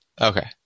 Okay